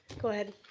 go ahead.